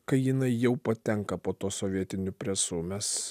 kai jinai jau patenka po tuo sovietiniu presu mes